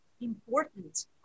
important